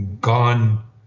gone